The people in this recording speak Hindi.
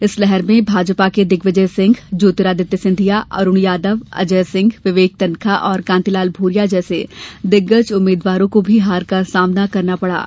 इस लहर में कांग्रेस के दिग्विजय सिंह ज्योतिरादित्य सिंधिया अरूण यादव अजय सिंह विवेक तन्खा और कांतिलाल भूरिया जैसे दिग्गज उम्मीदवारों को भी हार का सामना करना पड़ा है